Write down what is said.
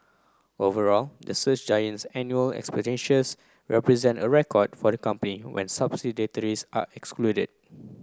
overall the search giant's annual expenditures represented a record for the company when subsidiaries are excluded